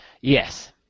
Yes